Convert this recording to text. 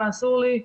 מה אסור לי?